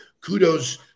kudos